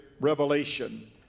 revelation